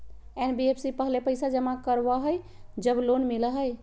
NBFC पहले पईसा जमा करवहई जब लोन मिलहई?